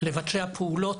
לבצע פעולות,